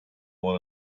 one